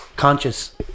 Conscious